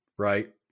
right